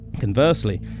conversely